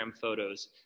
photos